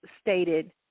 stated